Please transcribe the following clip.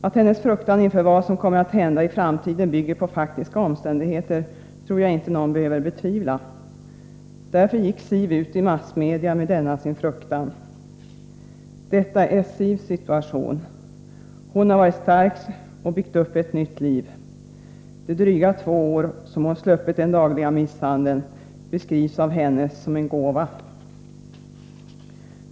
Att hennes fruktan inför vad som kommer att hända i framtiden bygger på faktiska omständigheter, tror jag inte någon behöver betvivla. Därför gick Siv ut i massmedia med denna sin fruktan. Detta är Sivs situation. Hon har varit stark och byggt upp ett nytt liv. De dryga två år som hon sluppit den dagliga misshandeln beskrivs av henne som en gåva.